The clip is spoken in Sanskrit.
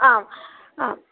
आम् आम्